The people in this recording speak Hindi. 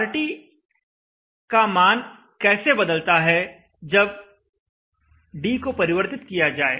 RT मान कैसे बदलता है जब d को परिवर्तित किया जाए